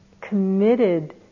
committed